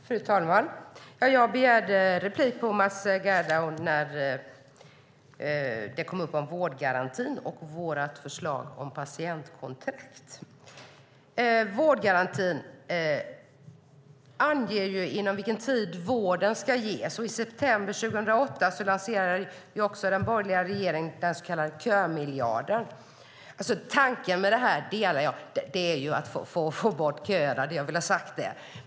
Fru talman! Jag begärde replik på Mats Gerdau när vårdgarantin kom upp och vårt förslag om patientkontrakt. Vårdgarantin anger inom vilken tid vården ska ges. I september 2008 lanserade också den borgerliga regeringen den så kallade kömiljarden. Tanken med det här delar jag - det är ju att få bort köerna - jag vill ha sagt det.